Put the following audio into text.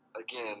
again